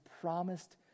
promised